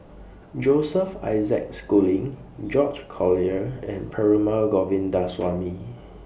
Joseph Isaac Schooling George Collyer and Perumal Govindaswamy